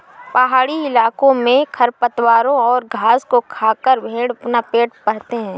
पहाड़ी इलाकों में खरपतवारों और घास को खाकर भेंड़ अपना पेट भरते हैं